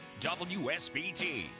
WSBT